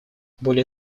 более